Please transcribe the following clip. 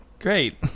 Great